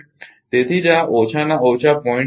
તેથી જ આ ઓછાના ઓછા 0